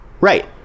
right